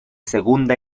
segunda